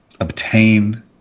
obtain